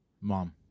Mom